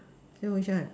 so which one